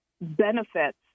benefits